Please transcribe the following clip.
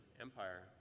Empire